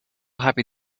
happy